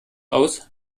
aus